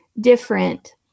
different